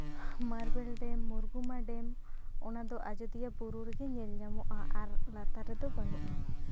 marble dam Murguma dam ᱚᱱᱟᱫᱚ ᱟᱡᱳᱫᱤᱭᱟᱹ ᱵᱩᱨᱩ ᱨᱮᱜᱮ ᱧᱮᱞ ᱧᱟᱢᱚᱜᱼᱟ ᱟᱨ ᱞᱟᱛᱟᱨ ᱨᱮᱫᱚ ᱵᱟᱹᱱᱩᱜᱼᱟ